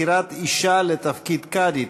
בחירת אישה לתפקיד קאדי),